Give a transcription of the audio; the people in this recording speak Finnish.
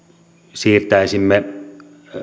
siirtäisimme